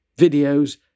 videos